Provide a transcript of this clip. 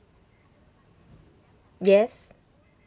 yes